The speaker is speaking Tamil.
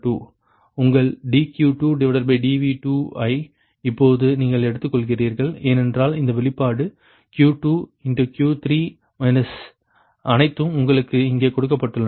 உங்கள் dQ2dV2 ஐ இப்போது நீங்கள் எடுத்துக்கொள்கிறீர்கள் ஏனெனில் இந்த வெளிப்பாடு Q2 Q3 அனைத்தும் உங்களுக்காக இங்கே கொடுக்கப்பட்டுள்ளன